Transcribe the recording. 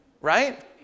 right